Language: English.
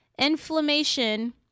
Inflammation